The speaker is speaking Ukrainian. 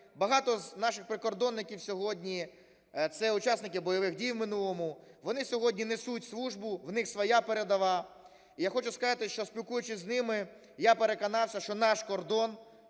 Багато з наших прикордонників сьогодні – це учасники бойових дій в минулому, вони сьогодні несуть службу, в них своя передова. І я хочу сказати, що, спілкуючись з ними, я переконався, що наш кордон